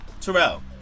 Terrell